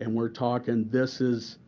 and we're talking this is